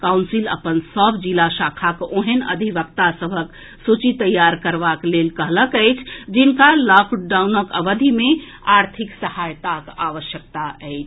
council अपन सभ जिला शाखाक ओहेन अधिवक्ता सभक सूची तैयार करबाक लेल कहलक अछि जिनका लॉकडाउनक अवधि मे आर्थिक सहायताक आवश्यकता अछि